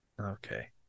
okay